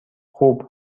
خوب